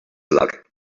luck